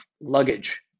luggage